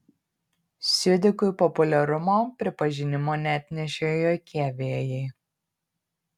siudikui populiarumo pripažinimo neatnešė jokie vėjai